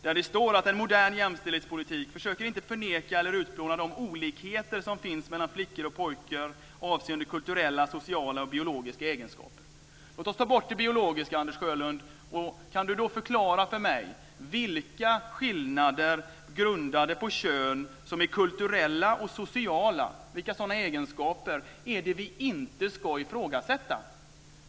Där står det: "En modern jämställdhetspolitik försöker inte förneka eller utplåna de olikheter som finns mellan flickor och pojkar avseende kulturella, sociala och biologiska egenskaper." Om vi bortser från det biologiska, kan då Anders Sjölund förklara för mig vilka skillnader grundade på kön som är kulturella och sociala? Vilka sådana egenskaper är det som vi inte ska ifrågasätta?